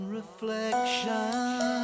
reflection